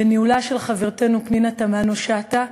בניהולה של חברתנו פנינה תמנו-שטה,